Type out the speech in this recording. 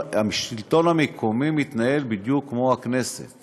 השלטון המקומי מתנהל בדיוק כמו הכנסת